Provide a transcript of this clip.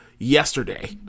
yesterday